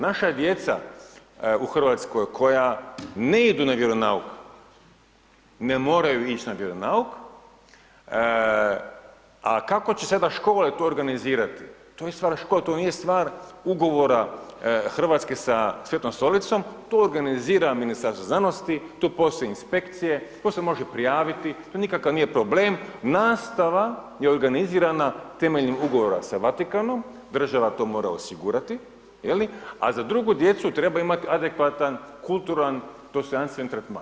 Naša djeca u Hrvatskoj koja ne idu na vjeronauk, ne moraju ić na vjeronauk a kako će sada škole to organizirati, to je stvar škole, to nije stvar ugovora Hrvatske sa Svetom Stolicom, to organizira Ministarstvo znanosti, tu postoje inspekcije, to se može prijaviti, to nikakav nije problem, nastava je organizirana temeljem ugovora sa Vatikanom, država to mora osigurati je li, a za drugu djecu treba imati adekvatan, kulturalan, dostojanstven tretman.